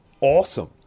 awesome